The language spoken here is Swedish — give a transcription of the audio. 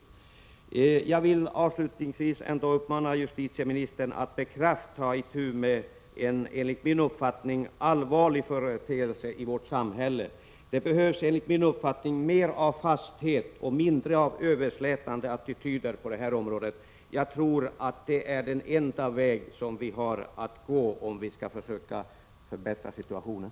S mars 1987 Jag vill avslutningsvis uppmana justitieministern att med kraft ta itu med detta, som enligt min mening är en allvarlig företeelse i vårt samhälle. Det behövs mer fasthet och mindre överslätande attityder på detta område. Jag tror att det är den enda väg vi har att gå, om vi skall försöka förbättra situationen.